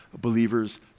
believers